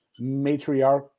matriarch